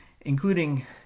including